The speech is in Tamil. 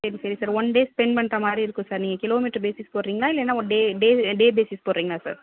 சரி சரி சார் ஒன் டே ஸ்பென் பண்ணுற மாதிரியிருக்கும் சார் நீங்கள் கிலோ மீட்ரு பேஸிஸ் போடுகிறிங்ளா இல்லை டே பேஸிஸ் போடுகிறிங்களா சார்